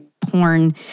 porn